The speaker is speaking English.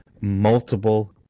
multiple